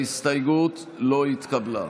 ההסתייגות לא התקבלה.